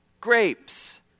Grapes